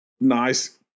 nice